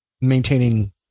maintaining